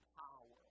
power